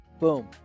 Boom